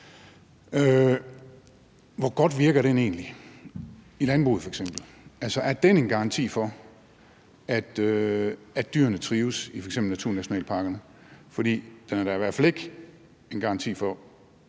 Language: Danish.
egentlig virker i f.eks. landbruget. Altså, er den en garanti for, at dyrene trives i f.eks. naturnationalparkerne? For den er da i hvert fald ikke en garanti for,